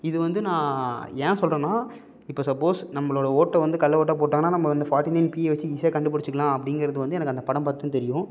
இது வந்து நான் ஏன் சொல்கிறன்னா இப்போ சப்போஸ் நம்மளோட ஓட்டைவந்து கள்ள ஓட்டாக போட்டாங்கன்னா நம்ம அந்த ஃபாட்டி நைன் பியை வச்சி ஈஸியாக கண்டுபிடிச்சிக்கிலாம் அப்படிங்கறது வந்து எனக்கு அந்த படம் பார்த்து தான் தெரியும்